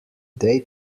they